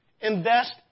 Invest